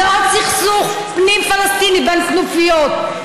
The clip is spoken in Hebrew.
זה עוד סכסוך פנים פלסטיני בין כנופיות,